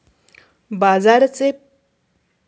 बाजरीचे पीक कोणत्या हंगामात घेतात?